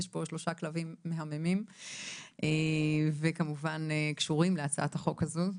יש פה שלושה כלבים מהממים וכמובן קשורים להצעת החוק הזאת: